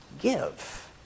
give